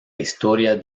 historia